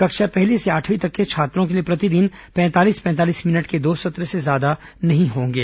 कक्षा पहली से आठवीं तक के छात्रों के लिए प्रतिदिन पैंतालीस पैंतालीस मिनट के दो सत्र से ज्यादा नहीं होंगे